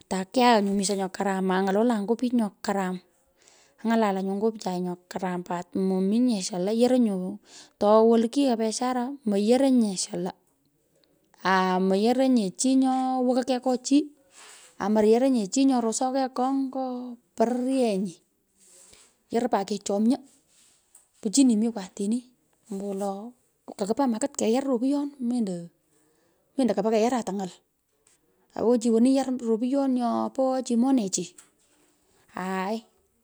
ata kyaan nyu misho nyo karam aa ng’olalan nyo pich nyo karam. Any’alalan nyu ngo pichai nyo karam mominye shala nyo yorai ñyo. ato wolu kyioi, biashara moyoronye shala aaa moyoronye chi nyoo wokai kei ngo chi amu yeronye chi nye rosai kei kong’ ngo pororyenyi. Yoroi pat kechomyo pichini mi pat otini. Kakupa makit keyar ropuyon, mendo kapa keyarata ng’al, awo chi woni yar ropuyon nyo pogho chi monechi aai.